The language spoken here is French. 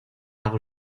par